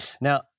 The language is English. Now